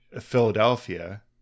Philadelphia